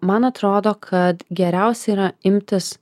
man atrodo kad geriausia yra imtis